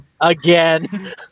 Again